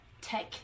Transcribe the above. tech